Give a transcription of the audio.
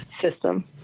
system